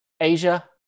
Asia